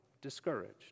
discouraged